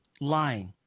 Lying